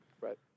Right